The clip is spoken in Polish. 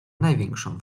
największą